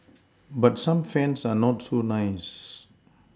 but some fans are not so nice